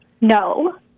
No